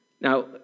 Now